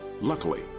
Luckily